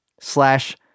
slash